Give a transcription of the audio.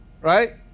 Right